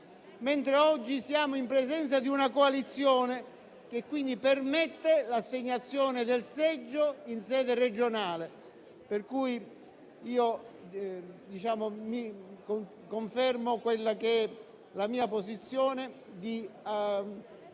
mentre oggi siamo in presenza di una coalizione e ciò, quindi, permette l'assegnazione del seggio in sede regionale. Confermo quindi la mia posizione di adesione